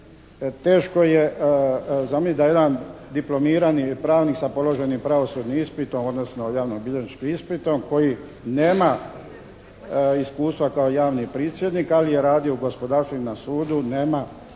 teško je zamisliti da jedan diplomirani pravnik sa položenim pravosudnim ispitom odnosno javnobilježničkim ispitom koji nema iskustva kao javni prisjednik ali je radio u gospodarstvu i na sudu nema